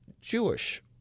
Jewish